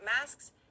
masks